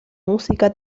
música